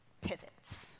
pivots